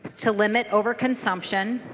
to limit overconsumption.